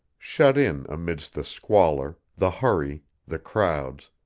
shut in amidst the squalor, the hurry, the crowds,